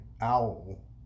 owl